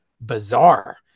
bizarre